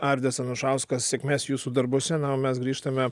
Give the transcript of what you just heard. arvydas anušauskas sėkmės jūsų darbuose na o mes grįžtame